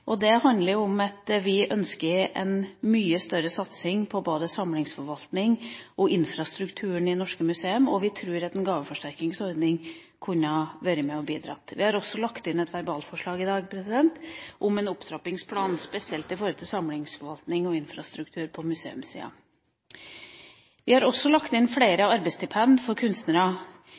Det handler om at vi ønsker en mye større satsing på både samlingsforvaltning og infrastruktur ved norske museer. Vi tror at en gaveforsterkningsordning kunne vært med på å bidra. Vi har et verbalforslag i dag om en opptrappingsplan knyttet til samlingsforvaltning og infrastruktur på museumssida. Vi har også lagt inn flere arbeidsstipender for kunstnere,